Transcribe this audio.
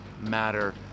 matter